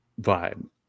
vibe